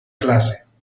clase